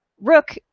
rook